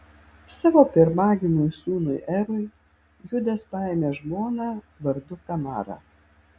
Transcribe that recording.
savo pirmagimiui sūnui erui judas paėmė žmoną vardu tamara